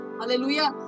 hallelujah